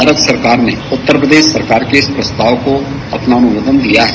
भारत सरकार ने उत्तर प्रदेश सरकार के इस प्रस्ताव को अपना अनुमोदन दिया है